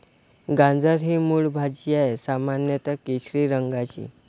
गाजर ही मूळ भाजी आहे, सामान्यत केशरी रंगाची